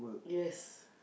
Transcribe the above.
yes